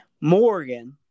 Morgan